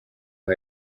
aho